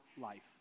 life